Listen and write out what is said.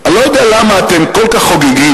אני לא יודע למה אתם כל כך חוגגים,